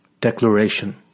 Declaration